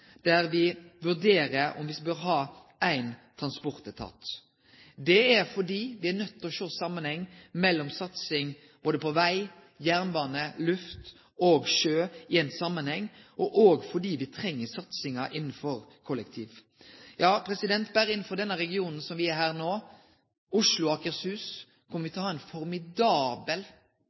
der det blir vurdert om me bør ha ein transportetat. Me er nøydde til å sjå på satsinga på veg, jernbane, luft og sjø i ein samanheng, òg fordi me treng satsing innanfor kollektivtransporten. Berre innanfor den regionen me er i no, Oslo og Akershus, kjem me til å ha ein formidabel